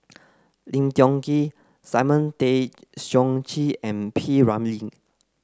Lim Tiong Ghee Simon Tay Seong Chee and P Ramlee